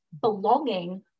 belonging